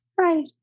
Hi